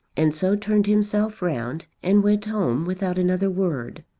and so turned himself round and went home without another word.